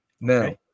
now